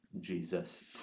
Jesus